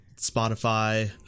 Spotify